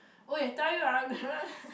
!oi! I tell you ah